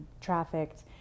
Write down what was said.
trafficked